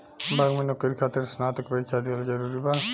Bank में नौकरी खातिर स्नातक के परीक्षा दिहल जरूरी बा?